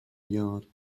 yard